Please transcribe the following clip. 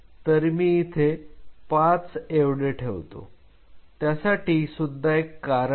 तर मी इथे 5 एवढे ठेवतो त्यासाठी सुद्धा एक कारण आहे